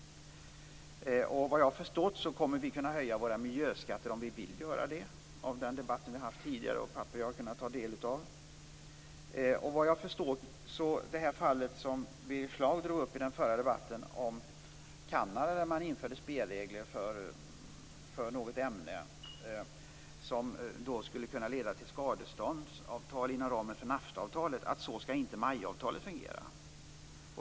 Såvitt jag har förstått av den tidigare förda debatten och av papper som jag har tagit del av kommer vi att kunna höja våra miljöskatter om vi vill göra det. Birger Schlaug tog i den förra debatten upp exemplet Kanada där man införde spelregler inom ramen för NAFTA-avtalet för något kemiskt ämne som då kunde medföra skadestånd. Så skall inte MAI-avtalet fungera.